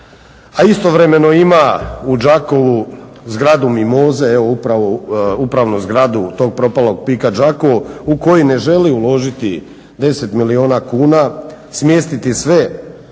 a istovremeno ima u Đakovu zgradu "Mimoze" evo upravnu zgradu tog propalog PIK-a Đakovo u koji ne želi uložiti 10 milijuna kuna, smjestiti sve